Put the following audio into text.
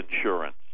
insurance